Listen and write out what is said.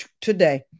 today